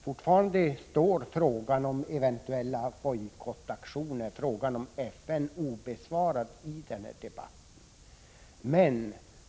Fortfarande står frågan om eventuella bojkottaktioner och frågan om FN obesvarad i denna debatt.